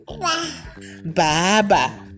Bye-bye